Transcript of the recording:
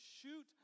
shoot